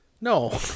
No